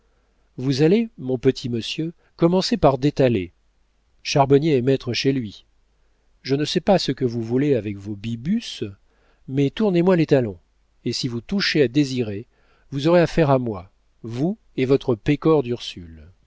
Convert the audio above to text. vous allez mon petit monsieur commencer par détaler charbonnier est maître chez lui je ne sais pas ce que vous voulez avec vos bibus mais tournez moi les talons et si vous touchez à désiré vous aurez affaire à moi vous et votre pécore d'ursule